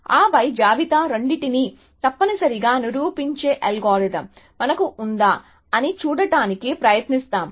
ఆపై జాబితా రెండింటినీ తప్పనిసరిగా నిరూపించే అల్గోరిథం మనకు ఉందా అని చూడటానికి ప్రయత్నిస్తాము